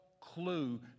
clue